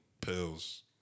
pills